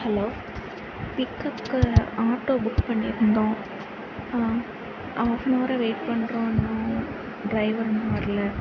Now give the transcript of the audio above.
hello pick அப்க்கு auto book பண்ணியிருந்தோம் ஆஃப்னவராக வெய்ட் பண்ணுறோம் அண்ணா டிரைவர் இன்னும் வரல